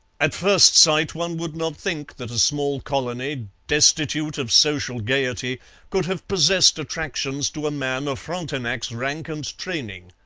at first sight one would not think that a small colony destitute of social gaiety could have possessed attractions to a man of frontenac's rank and training.